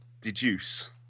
deduce